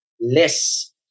Less